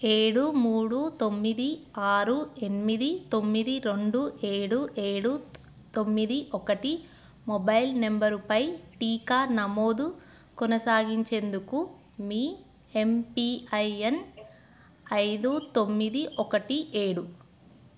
ఏడు మూడు తొమ్మిది ఆరు ఎనిమిది తొమ్మిది రెండు ఏడు ఏడు తొమ్మిది ఒకటి మొబైల్ నంబరుపై టీకా నమోదు కొనసాగించేందుకు మీ ఎంపిఐఎన్ ఐదు తొమ్మిది ఒకటి ఏడు